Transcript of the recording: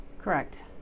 Correct